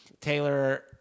Taylor